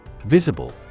Visible